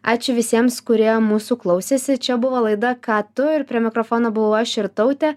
ačiū visiems kurie mūsų klausėsi čia buvo laida ką tu ir prie mikrofono buvau aš irtautė